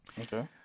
Okay